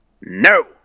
No